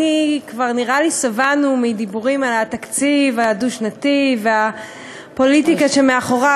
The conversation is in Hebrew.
כבר נראה לי ששבענו דיבורים על התקציב הדו-שנתי והפוליטיקה שמאחוריו.